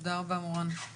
תודה רבה מורן.